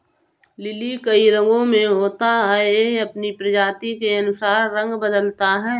lily कई रंगो में होता है, यह अपनी प्रजाति के अनुसार रंग बदलता है